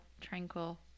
tranquil